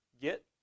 get